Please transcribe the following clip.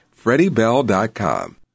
FreddieBell.com